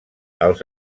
els